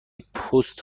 پست